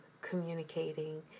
communicating